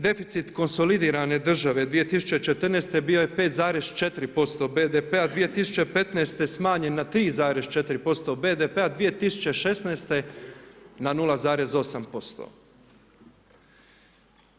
Deficit konsolidirane države 2014. bio je 5,4% BDP-a, 2015. smanjen na 3,4% BDP-a, 2016. na 0,8%